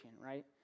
right